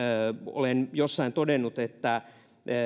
olen jossain todennut että